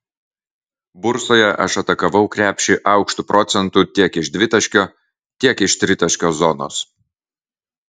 bursoje aš atakavau krepšį aukštu procentu tiek iš dvitaškio tiek iš tritaškio zonos